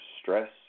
stress